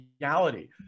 reality